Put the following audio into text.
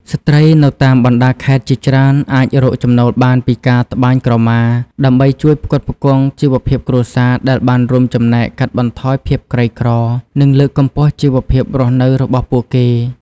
ស្ត្រីនៅតាមបណ្តាខេត្តជាច្រើនអាចរកចំណូលបានពីការត្បាញក្រមា ដើម្បីជួយផ្គត់ផ្គង់ជីវភាពគ្រួសារ ដែលបានរួមចំណែកកាត់បន្ថយភាពក្រីក្រ និងលើកកម្ពស់ជីវភាពរស់នៅរបស់ពួកគេ។